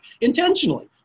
intentionally